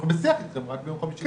חצי גאון.